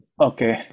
Okay